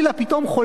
פתאום חולה,